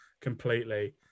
completely